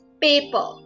paper